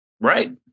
right